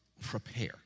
prepare